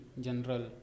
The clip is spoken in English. General